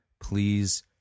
Please